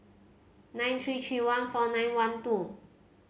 nine three three one four nine one two